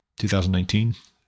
2019